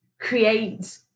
create